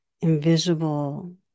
invisible